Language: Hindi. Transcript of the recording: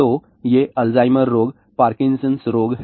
तो ये अल्जाइमर रोग पार्किंसंस Parkinson's रोग हैं